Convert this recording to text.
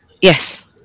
yes